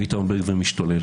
ואיתמר בן גביר משתולל.